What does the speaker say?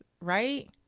right